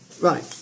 Right